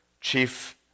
chief